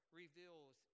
reveals